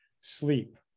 Sleep